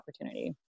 opportunity